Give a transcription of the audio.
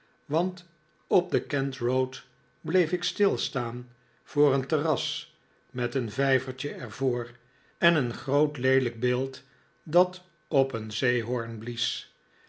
want op den kent road bleef ik stilstaan voor een terras met een vijvertje er voor en een groot leelijk beeld dat op een zeehoorn blies